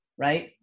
right